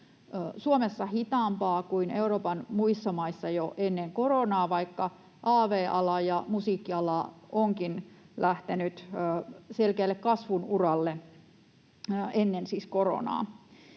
Suomessa hitaampaa kuin Euroopan muissa maissa jo ennen koronaa, vaikka av-ala ja musiikkiala ovatkin lähteneet selkeälle kasvun uralle ennen koronaa.